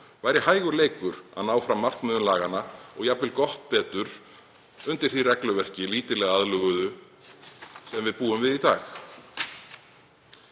verði hægur leikur að ná fram markmiðum laganna og jafnvel gott betur, undir því regluverki, lítillega aðlöguðu, sem við búum við í dag.